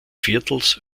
viertels